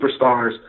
superstars